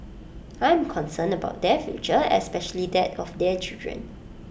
I am concerned about their future especially that of their children